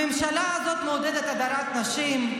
הממשלה הזאת מעודדת הדרת נשים.